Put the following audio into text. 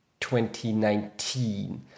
2019